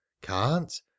Can't